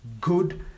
good